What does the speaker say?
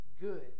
good